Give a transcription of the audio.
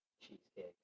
cheesecake